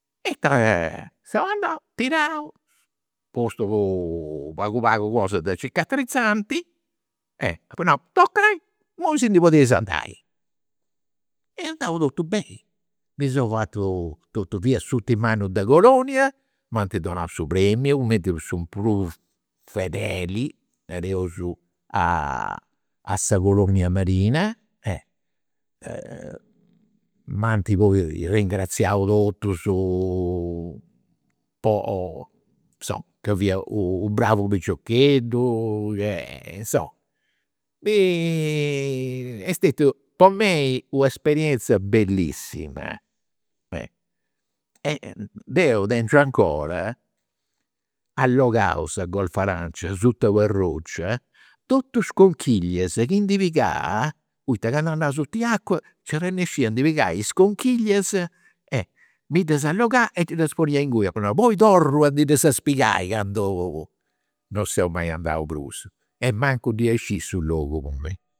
Ita. Seu andau, tirau, postu pagu pagu cosa de cicatrizanti e apu nau, tocai, imui si ndi podeis andai. Est andau totu beni. Mi seu fatu totu, fia s'urtimu annu de colonia, m'ant donau su premiu cumenti su prus fedeli nareus a a sa colonia marina, m'ant poi ringraziau totus po, insoma, ca fia u' bravu piciocheddu, che insoma. Est stetia po mei u' esperienzia bellissima. Deu tengiu 'ncora allogaus a Golfo Aranci, asuta a una roccia, totus is conchiglias chi ndi pigau, poita candu andau asut'i acua nci arrennescia a ndi pigai is conchiglias, mi ddas e ndi ddas ponia inguni, apu nau, poi torru a ddi nd'as pigai candu. Non seu mai andau prus e mancu dd'ia sciri su logu imui